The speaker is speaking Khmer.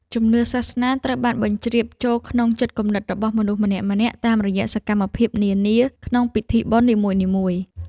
ជំនឿសាសនាត្រូវបានបញ្ជ្រាបចូលក្នុងចិត្តគំនិតរបស់មនុស្សម្នាក់ៗតាមរយៈសកម្មភាពនានាក្នុងពិធីបុណ្យនីមួយៗ។